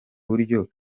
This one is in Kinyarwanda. buryo